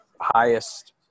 highest